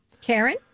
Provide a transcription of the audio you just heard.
Karen